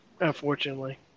unfortunately